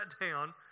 down